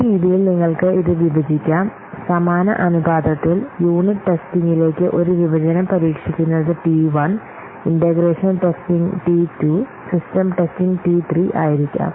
ഈ രീതിയിൽ നിങ്ങൾക്ക് ഇത് വിഭജിക്കാം സമാന അനുപാതത്തിൽ യൂണിറ്റ് ടെസ്റ്റിംഗിലേക്ക് ഒരു വിഭജനം പരീക്ഷിക്കുന്നത് T 1 integration testing T 2 system testing T 3 ആയിരിക്കാം